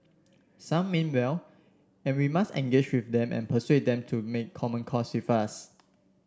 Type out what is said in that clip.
some mean well and we must engage with them and persuade them to make common cause with us